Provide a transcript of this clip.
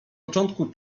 początku